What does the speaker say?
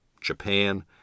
Japan